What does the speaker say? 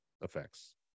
effects